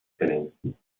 بنویسید